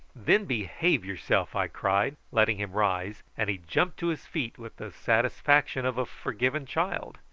then behave yourself, i cried, letting him rise and he jumped to his feet with the satisfaction of a forgiven child.